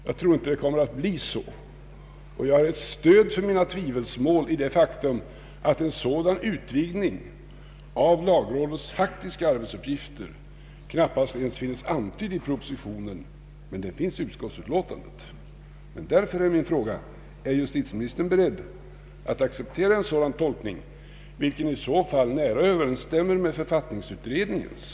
Jag tror inte att det kommer att bli så, och jag har stöd för mina tvivelsmål i det faktum att en sådan utvidgning av lagrådets faktiska arbetsuppgifter knappast ens finns antydd i propositionen — men i utskottsutlåtandet. Därför är min fråga: Är justitieministern beredd att acceptera en sådan tolkning, vilken i så fall nära överensstämmer med författningsutredningens?